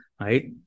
Right